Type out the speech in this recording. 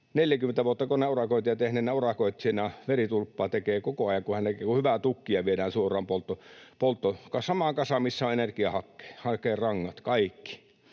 40 vuotta koneurakointia tehneenä urakoitsijana veritulppaa tekee koko ajan, kun hyvää tukkia viedään samaan kasaan, missä on energiahakerangat, kaikki,